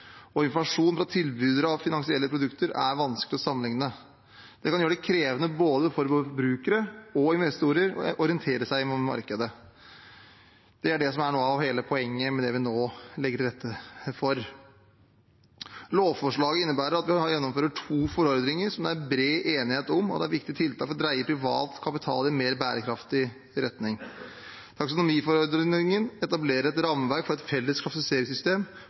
og informasjon fra tilbydere av finansielle produkter er vanskelig å sammenligne. Det kan gjøre det krevende både for forbrukere og investorer å orientere seg i markedet. Det er det som er noe av poenget med det vi nå legger til rette for. Lovforslaget innebærer at vi gjennomfører to forordninger som det er bred enighet om, og det er viktige tiltak for å dreie privat kapital i mer bærekraftig retning. Taksonomiforordningen etablerer et rammeverk for et felles klassifiseringssystem